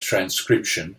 transcription